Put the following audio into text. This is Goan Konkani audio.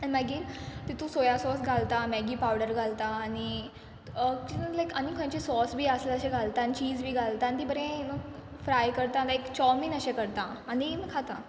आन मागीर तितू सोया सॉस घालता मॅगी पावडर घालता आनी तितून लायक आनी खंयंचें सॉस बी आसल्या अशें घालता आनी चीज बी घालता आनी ती बरें यू नो फ्राय करतां लायक चोवमीन अशें करतां आनी खाता